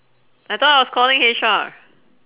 I thought I was calling H_R